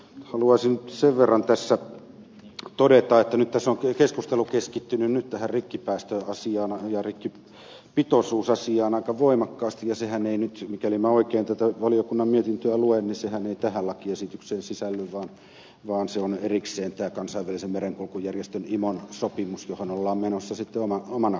haluaisin nyt sen verran tässä todeta että tässä on keskustelu keskittynyt nyt tähän rikkipäästöasiaan ja rikkipitoisuusasiaan aika voimakkaasti ja sehän ei nyt mikäli minä oikein tätä valiokunnan mietintöä luen tähän lakiesitykseen sisälly vaan se on erikseen tässä kansainvälisen merenkulkujärjestön imon sopimuksessa johon ollaan menossa sitten omana kokonaisuutena